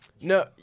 No